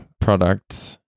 products